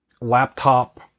laptop